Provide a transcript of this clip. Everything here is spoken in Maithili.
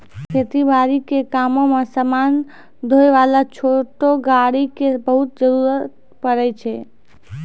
खेती बारी के कामों मॅ समान ढोय वाला छोटो गाड़ी के बहुत जरूरत पड़ै छै